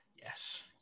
yes